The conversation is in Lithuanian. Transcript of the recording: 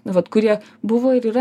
na vat kurie buvo ir yra